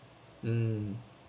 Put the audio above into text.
mm